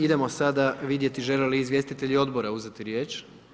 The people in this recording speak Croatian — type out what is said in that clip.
Idemo sada vidjeti žele li izvjestitelji odbora uzeti riječ?